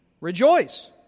rejoice